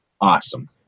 awesome